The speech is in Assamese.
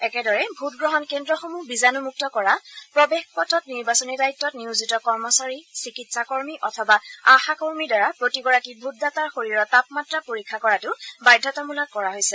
একেদৰে ভোটগ্ৰহণ কেন্দ্ৰসমূহ বীজাণুমুক্ত কৰা প্ৰবেশ পথত নিৰ্বাচনী দায়িত্বত নিয়োজিত কৰ্মচাৰী চিকিৎসাকৰ্মী অথবা আশকৰ্মীৰ দ্বাৰা প্ৰতিগৰাকী ভোটদাতাৰ শৰীৰৰ তাপমাত্ৰা পৰীক্ষা কৰাটো বাধ্যতামূলক কৰা হৈছে